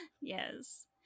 yes